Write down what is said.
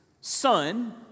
son